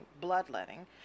bloodletting